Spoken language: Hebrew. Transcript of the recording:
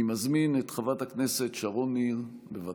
אני מזמין את חברת הכנסת שרון ניר, בבקשה.